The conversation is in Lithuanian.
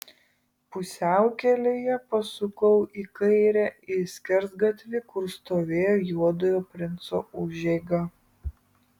pusiaukelėje pasukau į kairę į skersgatvį kur stovėjo juodojo princo užeiga